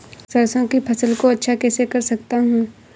सरसो की फसल को अच्छा कैसे कर सकता हूँ?